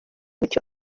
bityo